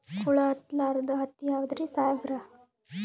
ಹುಳ ಹತ್ತಲಾರ್ದ ಹತ್ತಿ ಯಾವುದ್ರಿ ಸಾಹೇಬರ?